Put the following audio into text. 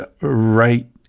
right